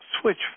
switch